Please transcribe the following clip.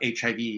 HIV